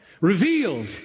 revealed